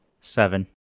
Seven